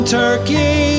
turkey